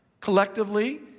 Collectively